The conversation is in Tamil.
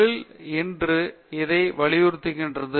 தொழில் இன்று இதை வலியுறுத்துகிறது